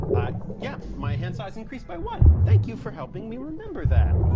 i, yeah, my hand size increased by one. thank you for helping me remember that.